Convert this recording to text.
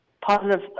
positive